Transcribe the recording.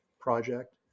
project